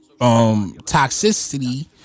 Toxicity